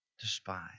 despise